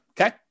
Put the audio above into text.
Okay